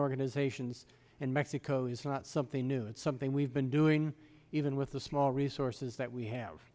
organizations in mexico is not something new it's something we've been doing even with the small resources that we have